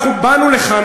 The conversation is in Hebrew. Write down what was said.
אנחנו באנו לכאן,